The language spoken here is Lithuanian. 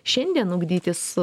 šiandien ugdytis